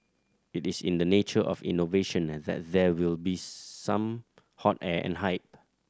it is in the nature of innovation and that there will be some hot air and hype